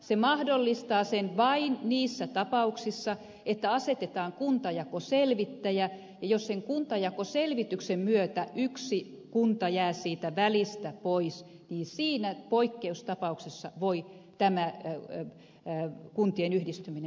se mahdollistaa sen vain niissä tapauksissa että asetetaan kuntajakoselvittäjä ja jos sen kuntajakoselvityksen myötä yksi kunta jää siitä välistä pois niin siinä poikkeustapauksessa voi tämä kuntien yhdistyminen tapahtua